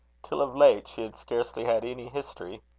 till of late, she had scarcely had any history.